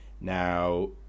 Now